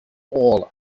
all